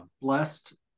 blessed